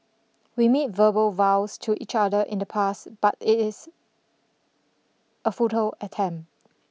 we made verbal vows to each other in the past but it is a futile attempt